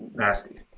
nasty